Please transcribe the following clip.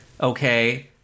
okay